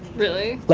really? like,